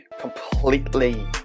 completely